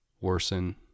worsen